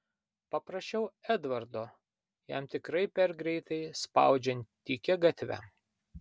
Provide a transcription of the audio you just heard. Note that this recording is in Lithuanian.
paprašiau edvardo jam tikrai per greitai spaudžiant tykia gatve